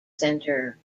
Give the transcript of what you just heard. centre